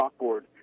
chalkboard